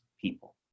people